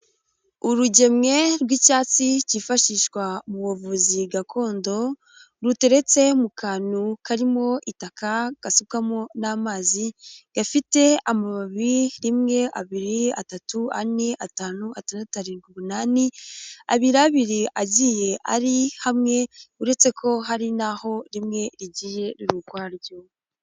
Urugemwe rw'icyatsi cyifashishwa mu buvuzi gakondo, ruteretse mu kantu karimo itaka gasukwamo n'amazi, gafite amababi rimwe, abiri, atatu, ane, atanu, atandatu, arindwi, umunani, abiri abiri agiye ari hamwe, uretse ko hari n'aho rimwe rigiye riri ukwaryo.